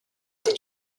did